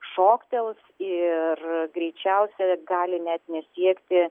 šoktels ir greičiausia gali net nesiekti